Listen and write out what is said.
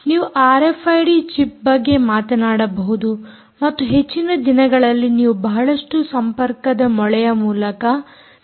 ನೀವು RFID chip ಬಗ್ಗೆ ಮಾತನಾಡಬಹುದು ಮತ್ತು ಹೆಚ್ಚಿನ ದಿನಗಳಲ್ಲಿ ನೀವು ಬಹಳಷ್ಟು ಸಂಪರ್ಕದ ಮೊಳೆಯ ಮೂಲಕ ಸಂವೇದಕವನ್ನು ಸಂಪರ್ಕ ಮಾಡುತ್ತೀರಿ